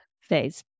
phase